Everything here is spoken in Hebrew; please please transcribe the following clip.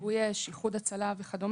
כיבוי אש, איחוד הצלה וכד',